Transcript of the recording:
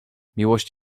miłość